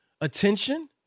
attention